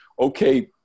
okay